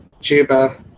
tuba